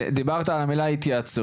אבל דיברת על המילה התייעצות,